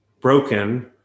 broken